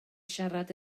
siarad